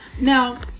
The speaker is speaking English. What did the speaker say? Now